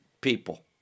people